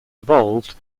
evolved